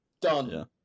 Done